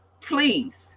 Please